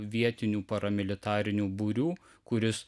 vietinių paramilitarinių būrių kuris